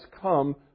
come